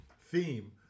theme